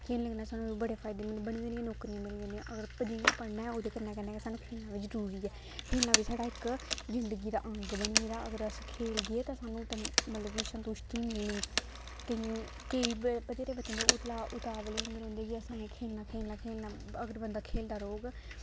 खेलने कन्नै सानूं बड़े फायदे मिलदे बड़ी बड़ी नौकरियां मिली जंदियां अगर पढ़ना ऐ ओह्दे कन्नै कन्नै जरूरी ऐ खेलना बी साढ़ा इक जिन्दगी दी अंग बनी गेदा अगर अस खेलगे तां सानूं मतलब कि संतुश्टी मिलनी केइयें गी केईं बेचैरे बच्चे होंदे उतावले होंदे रौंह्दे कि असें एह् खेलना खेलना खलना अगर बंदा खेलदा रौह्ग